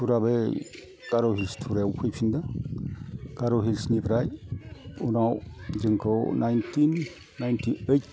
टुरा बै गार' हिल्स टुरायाव फैफिनदों गार' हिल्सनिफ्राय उनाव जोंखौ नाइनथिन नाइनथि ओइथ